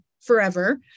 forever